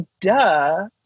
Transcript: duh –